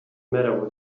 matter